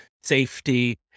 safety